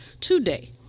today